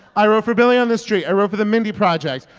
i wrote for billy on the street. i wrote for the mindy project.